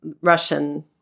Russian